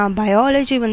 biology